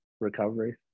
recovery